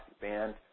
band